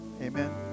Amen